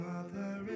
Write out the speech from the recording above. Father